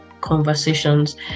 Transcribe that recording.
conversations